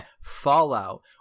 Fallout